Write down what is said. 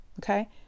okay